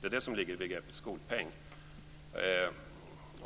Det är det som ligger i begreppet skolpeng.